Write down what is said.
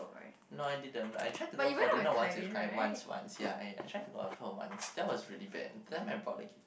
no I didn't but I tried to go for dinner once with K~ once once I tried to go out with her once that was really bad that time I brought a guit~